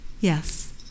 yes